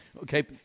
Okay